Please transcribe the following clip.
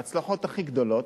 ההצלחות הכי גדולות,